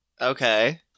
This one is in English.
Okay